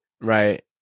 right